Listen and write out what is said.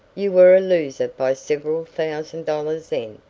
you were a loser by several thousand dollars then,